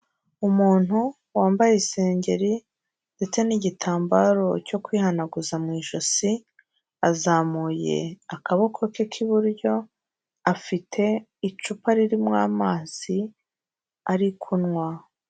Umuntu wambaye isengeri ndetse n'igitambaro cyo kwihanaguza mu ijosi azamuye akaboko ke k'iburyo, afite icupa ririmo amazi ari kunywa.